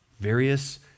various